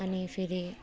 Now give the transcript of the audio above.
अनि फेरि